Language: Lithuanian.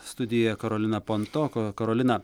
studija karolina ponto k karolina